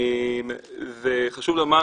חשוב לומר,